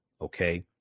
okay